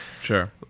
Sure